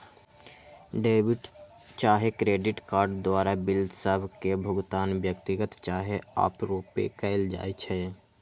debit चाहे credit card द्वारा bill सभ के भुगतान व्यक्तिगत चाहे आपरुपे कएल जाइ छइ